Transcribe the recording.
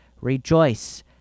rejoice